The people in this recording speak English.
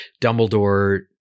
Dumbledore